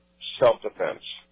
self-defense